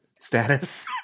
status